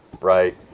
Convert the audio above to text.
right